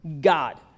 God